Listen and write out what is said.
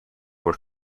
were